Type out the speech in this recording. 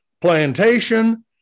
plantation